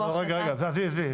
לא צריך לפרט.